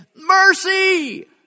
mercy